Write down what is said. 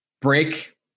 Break